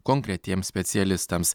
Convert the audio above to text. konkretiems specialistams